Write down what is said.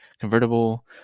convertible